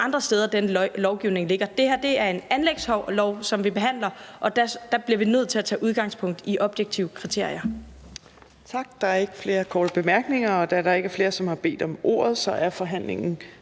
andre steder, den lovgivning ligger. Det her er et anlægslovforslag, vi behandler, og der bliver vi nødt til at tage udgangspunkt i objektive kriterier.